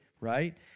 right